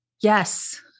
Yes